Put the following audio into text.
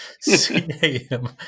C-A-M